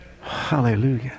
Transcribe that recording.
Hallelujah